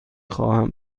خواهم